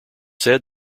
said